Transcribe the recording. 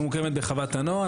היא מוקמת בחוות הנוער.